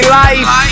life